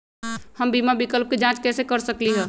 हम बीमा विकल्प के जाँच कैसे कर सकली ह?